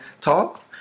talk